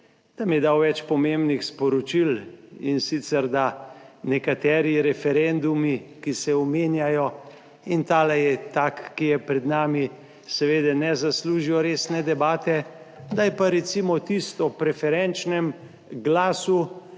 da mi je dal več pomembnih sporočil, in sicer, da nekateri referendumi, ki se omenjajo in ta je tak, ki je pred nami, seveda ne zaslužijo resne debate, da je pa recimo tisto o preferenčnem glasu